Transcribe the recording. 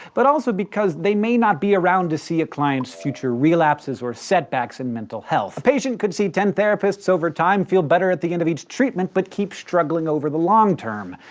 but also because they may not be around to see a client's future relapses or setbacks in mental health. a patient could see ten therapists over time, feel better at the end of each treatment, but keep struggling over the long term,